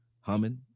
humming